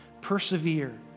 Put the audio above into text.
Persevere